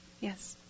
yes